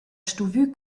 stuvü